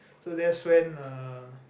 so that's when uh